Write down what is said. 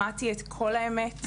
שמעתי את כל האמת.